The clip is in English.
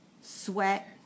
sweat